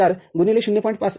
४x ०